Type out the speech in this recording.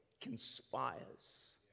conspires